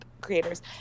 creators